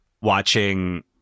watching